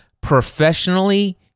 professionally